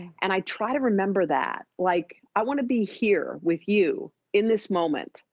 and i try to remember that, like, i want to be here with you in this moment.